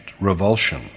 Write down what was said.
revulsion